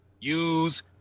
use